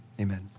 amen